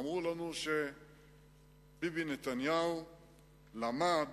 אמרו לנו שביבי נתניהו למד,